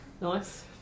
Nice